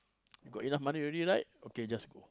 got enough money already right okay just go